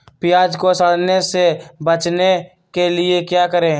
प्याज को सड़ने से बचाने के लिए क्या करें?